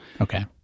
okay